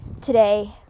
today